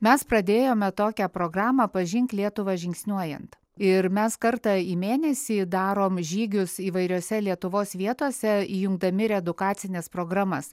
mes pradėjome tokią programą pažink lietuvą žingsniuojant ir mes kartą į mėnesį darom žygius įvairiose lietuvos vietose įjungdami ir edukacines programas